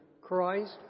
Christ